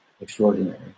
extraordinary